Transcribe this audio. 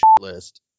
list